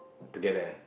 together